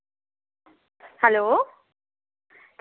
hello